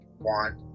want